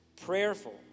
prayerful